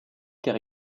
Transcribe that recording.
car